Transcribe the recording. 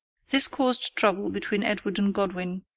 this caused trouble between edward and godwin,